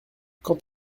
quand